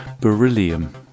Beryllium